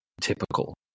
Typical